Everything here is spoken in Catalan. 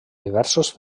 diversos